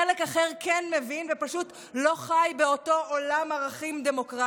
חלק אחר כן מבין ופשוט לא חי באותו עולם ערכים דמוקרטי.